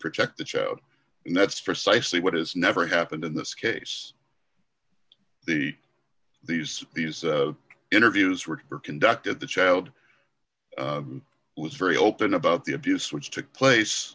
protect the child and that's precisely what has never happened in this case the these these interviews were conducted the child was very open about the abuse which took place